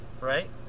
Right